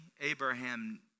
Abraham